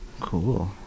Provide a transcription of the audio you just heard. Cool